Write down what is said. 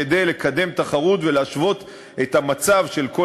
כדי לקדם תחרות להשוות את המצב של כל